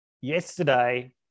yesterday